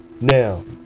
Now